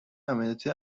عملیاتی